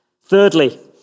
Thirdly